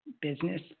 business